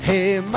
Hey